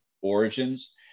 origins